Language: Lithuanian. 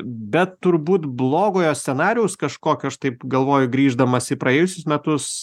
bet turbūt blogojo scenarijaus kažkokio aš taip galvoju grįždamas į praėjusius metus